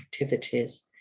activities